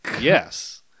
yes